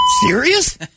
serious